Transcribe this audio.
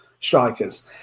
strikers